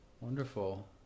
wonderful